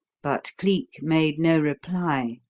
but cleek made no reply.